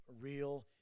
real